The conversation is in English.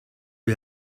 you